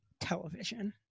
television